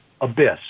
abyss